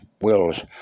wills